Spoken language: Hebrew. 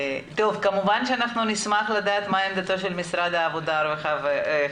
כמובן שנשמח לדעת מה עמדתו של משרד העבודה והרווחה.